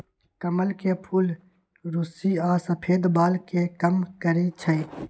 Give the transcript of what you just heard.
कमल के फूल रुस्सी आ सफेद बाल के कम करई छई